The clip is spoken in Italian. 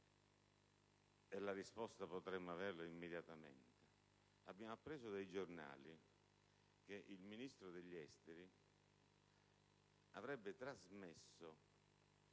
cui risposta potremo avere immediatamente. Abbiamo appreso dai giornali che il Ministro degli affari esteri avrebbe trasmesso